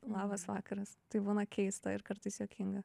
labas vakaras tai būna keista ir kartais juokinga